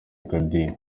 akadiho